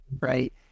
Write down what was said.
right